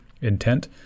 intent